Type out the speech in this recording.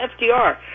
FDR